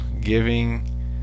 giving